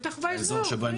בטח באזור.